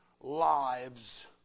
lives